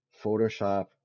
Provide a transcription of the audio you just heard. photoshop